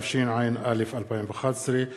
התשע"א 2011,